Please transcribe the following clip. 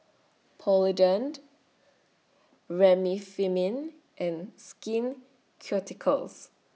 Polident Remifemin and Skin Ceuticals